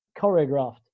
choreographed